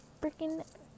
Freaking